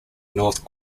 north